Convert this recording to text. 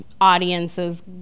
audiences